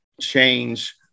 change